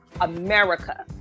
America